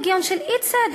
הוא היגיון של אי-צדק,